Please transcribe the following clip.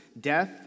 death